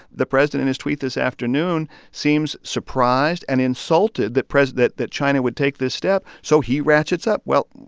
the president, in his tweet this afternoon, seems surprised and insulted that president that china would take this step. so he ratchets up. well,